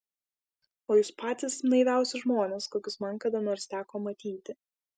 o jūs patys naiviausi žmonės kokius man kada nors teko matyti